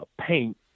paint